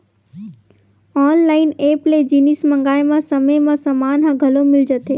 online app ले जिनिस मंगाए म समे म समान ह घलो मिल जाथे